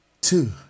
two